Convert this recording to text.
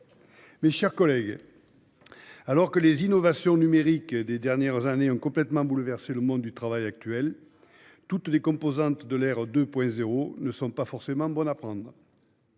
mes chers collègues, alors que les innovations numériques des dernières années ont complètement bouleversé le monde du travail, toutes les composantes de l'ère 2.0 ne sont pas forcément bonnes à prendre.